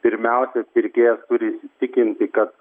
pirmiausia pirkėjas turi įsitikinti kad